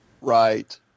right